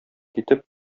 китеп